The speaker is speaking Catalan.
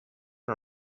per